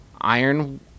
Iron